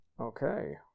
okay